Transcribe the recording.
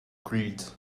creed